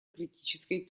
критической